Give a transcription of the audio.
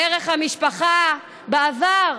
ערך המשפחה, בעבר,